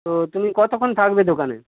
তো তুমি কতক্ষণ থাকবে দোকানে